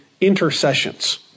intercessions